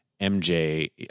MJ